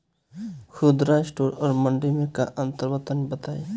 खुदरा स्टोर और मंडी में का अंतर बा तनी बताई?